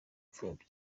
impfubyi